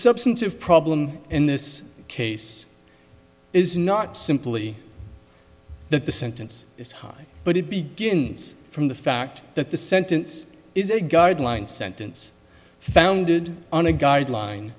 substantive problem in this case is not simply that the sentence is high but it begins from the fact that the sentence is a guideline sentence founded on a guideline